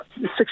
six